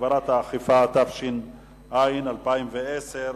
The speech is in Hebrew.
הגברת האכיפה), התש"ע 2010,